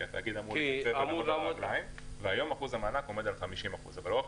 כי התאגיד --- והיום אחוז המענק עומד על 50%. אבל לאורך